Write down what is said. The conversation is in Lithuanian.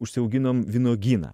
užsiauginom vynuogyną